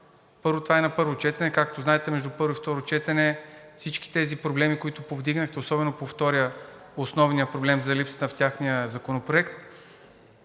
това е на първо четене и, както знаете, между първо и второ четене всички тези проблеми, които повдигнахте, особено по втория, основния проблем за липсата в техния законопроект,